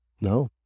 No